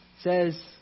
says